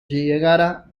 llegara